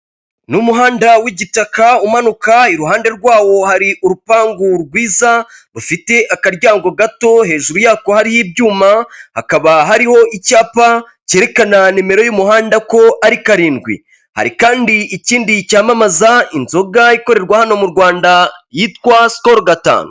Ni umuhanda w'igitaka umanuka iruhande rwawo hari urupangu rwiza rufite akaryango gato hejuru yako hariho ibyuma, hakaba hariho icyapa cyerekana nimero y'umuhanda ko ari karindwi, hari kandi ikindi cyamamaza inzoga ikorerwa hano mu Rwanda yitwa Sikolo gatanu.